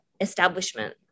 establishment